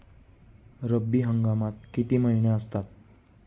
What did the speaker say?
रब्बी हंगामात किती महिने असतात?